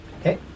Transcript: Okay